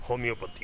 homeopathy